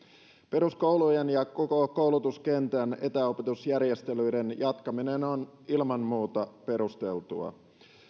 peruskoulujen ja koko koulutuskentän etäopetusjärjestelyiden jatkaminen on ilman muuta perusteltua